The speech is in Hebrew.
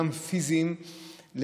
גם פיזיים,